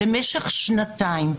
למשך שנתיים,